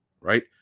right